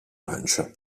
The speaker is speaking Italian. arancio